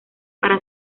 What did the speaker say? para